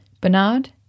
Bernard